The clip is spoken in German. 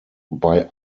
bei